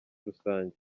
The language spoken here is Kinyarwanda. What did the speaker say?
rusange